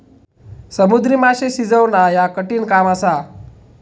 समुद्री माशे शिजवणा ह्या कठिण काम असा